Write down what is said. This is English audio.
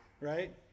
right